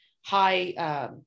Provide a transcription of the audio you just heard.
high